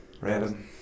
Random